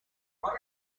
توانم